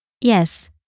Yes